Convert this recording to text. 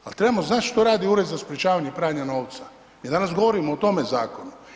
Al trebamo znat što znači Ured za sprječavanje pranja novca, mi danas govorimo o tome zakonu.